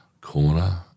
corner